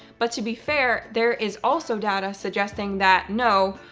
but to be fair, there is also data suggesting that, no,